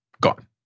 gone